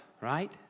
right